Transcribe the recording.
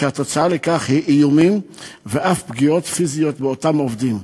והתוצאה היא איומים ואף פגיעות פיזיות באותם עובדים,